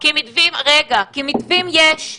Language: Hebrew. כי מתווים יש,